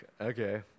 Okay